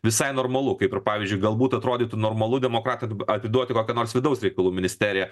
visai normalu kaip ir pavyzdžiui galbūt atrodytų normalu demokratam atiduoti kokią nors vidaus reikalų ministeriją